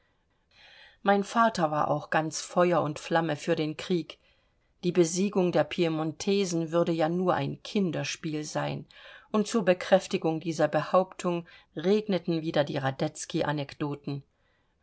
mein vater war auch ganz feuer und flamme für den krieg die besiegung der piemontesen würde ja nur ein kinderspiel sein und zur bekräftigung dieser behauptung regneten wieder die